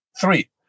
Three